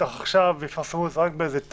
כשמישהו ירצה לצמצם את המידע